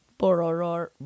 Bororor